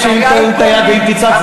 תגיד לי אתה עכשיו תאריך.